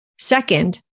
Second